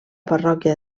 parròquia